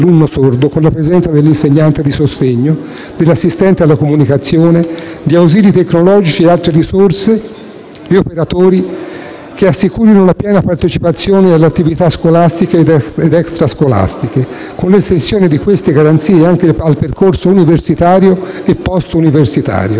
con la presenza dell'insegnante di sostegno, dell'assistente alla comunicazione, di ausili tecnologici e altre risorse e operatori che assicurino la piena partecipazione alle attività scolastiche ed extrascolastiche, con l'estensione di queste garanzie anche al percorso universitario e post-universitario.